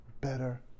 better